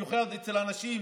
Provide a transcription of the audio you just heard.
במיוחד אצל אנשים